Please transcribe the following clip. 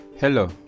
hello